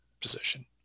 position